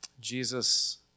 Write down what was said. Jesus